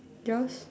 yours